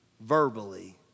verbally